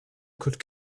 could